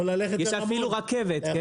יש אפילו רכבת.